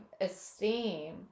esteem